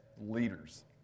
leaders